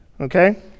Okay